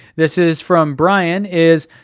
this is from bryan, is,